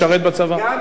גם וגם.